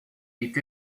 est